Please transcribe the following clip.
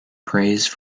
praised